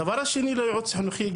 הדבר השני לייעוץ חינוכי,